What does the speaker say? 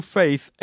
faith